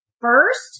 first